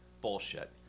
Bullshit